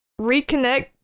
reconnect